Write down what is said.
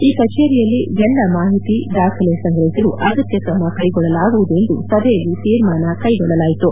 ಈ ಕಚೇರಿಯಲ್ಲಿ ಎಲ್ಲ ಮಾಹಿತಿ ದಾಖಲೆ ಸಂಗ್ರಹಿಸಲು ಅಗತ್ಯ ಕ್ರಮ ಕೈಗೊಳ್ಳಲಾಗುವುದು ಎಂದು ಸಭೆಯಲ್ಲಿ ತೀರ್ಮಾನ ಕ್ಲೆಗೊಳ್ಟಲಾಯಿತು